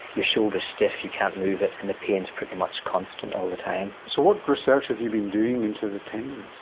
your shoulder is stiff, you can't move it, and the pain is pretty much constant all the time. so what research have you been doing into the tendons?